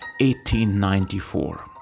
1894